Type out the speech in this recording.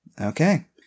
Okay